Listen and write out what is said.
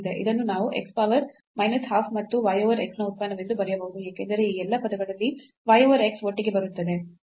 ಇದನ್ನು ನಾವು x power minus half ಮತ್ತು y over x ನ ಉತ್ಪನ್ನವೆಂದು ಬರೆಯಬಹುದು ಏಕೆಂದರೆ ಈ ಎಲ್ಲಾ ಪದಗಳಲ್ಲಿ y over x ಒಟ್ಟಿಗೆ ಬರುತ್ತದೆ